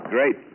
Great